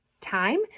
time